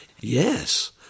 Yes